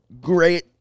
great